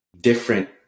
different